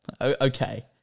okay